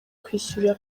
kwishyurira